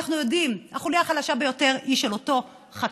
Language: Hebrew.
הרי אנחנו יודעים: החוליה החלשה ביותר היא אותו חקלאי.